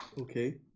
Okay